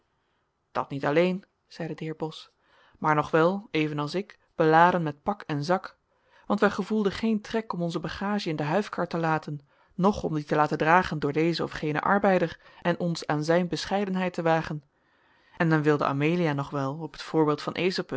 dat niet alleen zeide de heer bos maar nog wel evenals ik beladen met pak en zak want wij gevoelden geen trek om onze bagage in de huifkar te laten noch om die te laten dragen door dezen of genen arbeider en ons aan zijn bescheidenheid te wagen en dan wilde amelia nog wel op het voorbeeld van